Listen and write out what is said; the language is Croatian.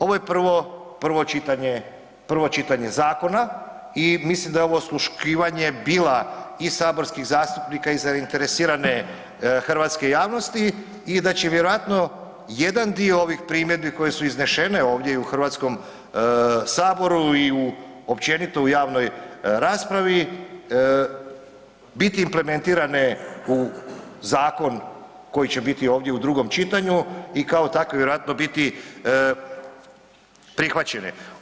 Ovo je prvo čitanje zakona i mislim da je ovo osluškivanje bila i saborskih zastupnika i zainteresirane hrvatske javnosti i da će vjerojatno jedan dio ovih primjedbi koje su iznesene ovdje i u Hrvatskom saboru i općenito u javnoj raspravi biti implementirane u zakon koji će biti ovdje u drugom čitanju i kao takvi vjerojatno biti prihvaćene.